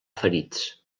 ferits